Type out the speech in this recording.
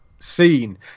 scene